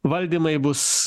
valdymai bus